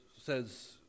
says